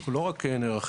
אנחנו לא רק נערכים,